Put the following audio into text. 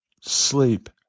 sleep